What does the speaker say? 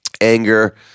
anger